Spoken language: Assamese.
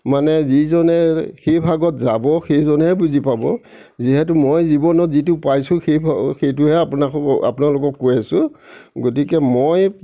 মানে যিজনে সেইভাগত যাব সেইজনেহে বুজি পাব যিহেতু মই জীৱনত যিটো পাইছোঁ সেই সেইটোহে আপোনাসৱক আপোনালোকক কৈ আছো গতিকে মই